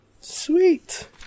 Sweet